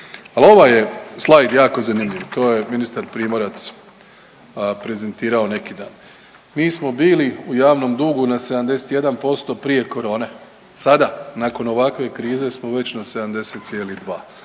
ovaj je slajd jako zanimljiv, to je ministar Primorac prezentirao neki dan. Mi smo bili u javnom dugu na 71% prije korone, sada nakon ovakve krize smo već na 70,2,